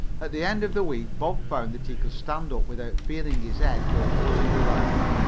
at the end of the week bob found that he could stand up without feeling his head go buzzing around.